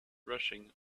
rushing